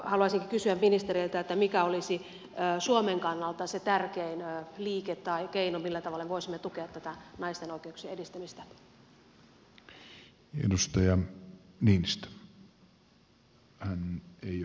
haluaisinkin kysyä ministereiltä mikä olisi suomen kannalta se tärkein liike tai keino millä tavalla me voisimme tukea tätä naisten oikeuk sien edistämistä